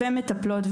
מטפלות,